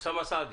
אוסאמה סעדי.